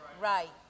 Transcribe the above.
right